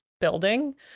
building